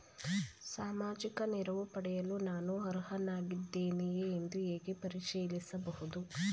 ಸಾಮಾಜಿಕ ನೆರವು ಪಡೆಯಲು ನಾನು ಅರ್ಹನಾಗಿದ್ದೇನೆಯೇ ಎಂದು ಹೇಗೆ ಪರಿಶೀಲಿಸಬಹುದು?